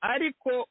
Ariko